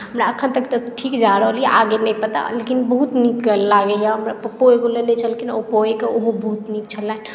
हमरा एखन तक तऽ ठीक जा रहल यए आगू नहि पता लेकिन बहुत नीक लागैए हमरा पप्पो एगो लेने छलखिन ओप्पोएके ओहो बहुत नीक छलनि